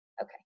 Okay